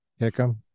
Hickam